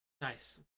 Nice